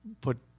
put